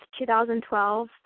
2012